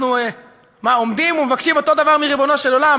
אנחנו עומדים ומבקשים אותו דבר מריבונו של עולם?